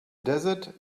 desert